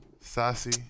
Sassy